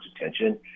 attention